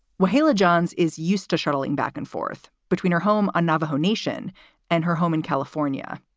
wahala johns is used to shuttling back and forth between her home and navajo nation and her home in california.